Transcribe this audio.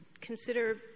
consider